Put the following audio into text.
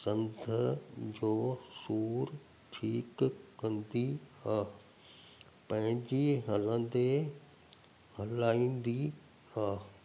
संध जो सूरु ठीकु कंदी आहे पंहिंजी हलंदे हलाईंदी आहे